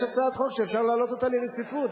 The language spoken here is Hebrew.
יש הצעת חוק שאפשר להעלות אותה לרציפות.